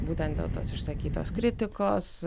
būtent dėl tos išsakytos kritikos